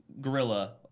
gorilla